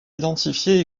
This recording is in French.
identifié